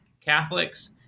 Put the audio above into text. Catholics